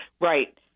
Right